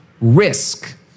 risk